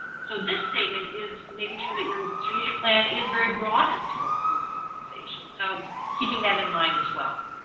so this statement is making sure that your strategic plan is very broad in scope for your organization. so keep um that in mind as well.